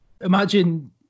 imagine